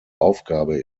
aufgabe